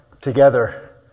together